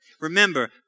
Remember